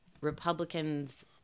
Republicans